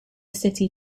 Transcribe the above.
city